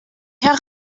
herr